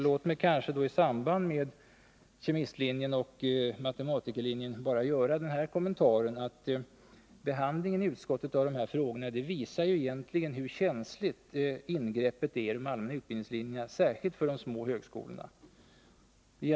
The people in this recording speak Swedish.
Låt mig i samband med kemistlinjen och matematikerlinjen bara göra följande kommentar. Behandlingen i utskottet av de här frågorna visar egentligen hur känsligt det är med ingrepp i de allmänna utbildningslinjerna, särskilt för de små högskolorna.